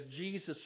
Jesus